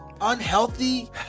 unhealthy